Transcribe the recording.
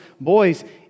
boys